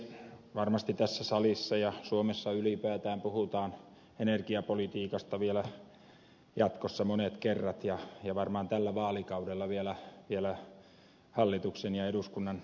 varmasti tässä salissa ja suomessa ylipäätään puhutaan energiapolitiikasta vielä jatkossa monet kerrat ja varmaan tällä vaalikaudella vielä hallituksen ja eduskunnan piirissä